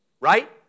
right